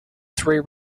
three